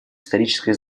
историческое